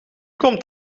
komt